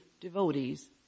devotees